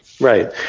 Right